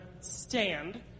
stand